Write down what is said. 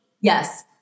Yes